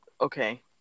Okay